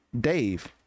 dave